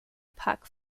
pak